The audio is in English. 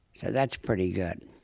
so that's pretty good